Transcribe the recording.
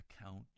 account